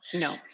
No